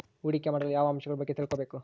ಹೂಡಿಕೆ ಮಾಡಲು ಯಾವ ಅಂಶಗಳ ಬಗ್ಗೆ ತಿಳ್ಕೊಬೇಕು?